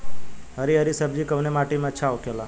हरी हरी सब्जी कवने माटी में अच्छा होखेला?